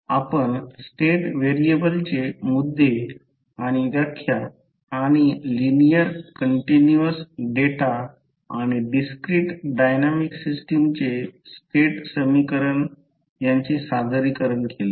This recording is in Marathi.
आपण स्टेट व्हेरिएबलचे मुद्दे आणि व्याख्या आणि लिनिअर कंटीन्युअस डेटा आणि डिस्क्रिट डायनॅमिक सिस्टम चे स्टेट समीकरण यांचे सादरीकरण केले आहे